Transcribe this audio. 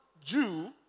Jew